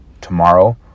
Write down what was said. Tomorrow